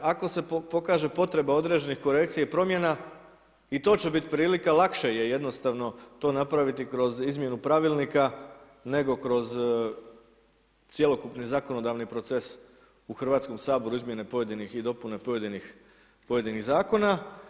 Ako se pokaže potreba određenih korekcija i promjena i to će biti prilika, lakše je jednostavno to napraviti kroz izmjenu pravilnika, nego kroz cjelokupni zakonodavni proces u Hrvatskom saboru izmjene pojedinih i dopune pojedinih zakona.